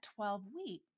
12-week